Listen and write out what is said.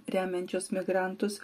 remiančios migrantus